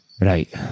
Right